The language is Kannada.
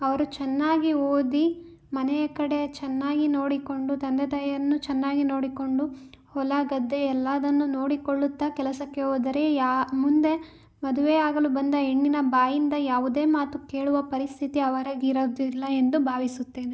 ಅವರು ಚೆನ್ನಾಗಿ ಓದಿ ಮನೆಯ ಕಡೆ ಚೆನ್ನಾಗಿ ನೋಡಿಕೊಂಡು ತಂದೆ ತಾಯಿಯನ್ನು ಚೆನ್ನಾಗಿ ನೋಡಿಕೊಂಡು ಹೊಲ ಗದ್ದೆ ಎಲ್ಲದನ್ನು ನೋಡಿಕೊಳ್ಳುತ್ತಾ ಕೆಲಸಕ್ಕೆ ಹೋದರೆ ಯಾ ಮುಂದೆ ಮದುವೆಯಾಗಲು ಬಂದ ಹೆಣ್ಣಿನ ಬಾಯಿಂದ ಯಾವುದೇ ಮಾತು ಕೇಳುವ ಪರಿಸ್ಥಿತಿ ಅವರಿಗಿರೋದಿಲ್ಲ ಎಂದು ಭಾವಿಸುತ್ತೇನೆ